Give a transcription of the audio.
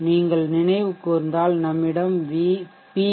நீங்கள் நினைவு கூர்ந்தால் நம்மிடம் பி